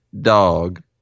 dog